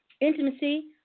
intimacy